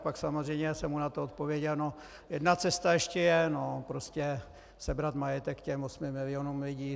Tak samozřejmě jsem mu na to odpověděl: No, jedna cesta ještě je sebrat majetek těm 8 milionům lidí.